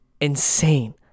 insane